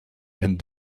and